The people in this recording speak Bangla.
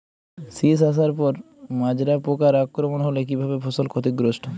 শীষ আসার পর মাজরা পোকার আক্রমণ হলে কী ভাবে ফসল ক্ষতিগ্রস্ত?